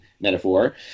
metaphor